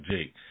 Jake